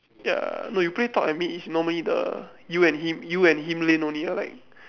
ya no you play top and mid is normally the you and him you and him lane only lah like